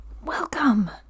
Welcome